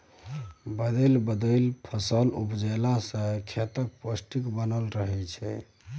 बदलि बदलि फसल उपजेला सँ खेतक पौष्टिक बनल रहय छै